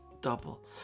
double